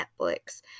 netflix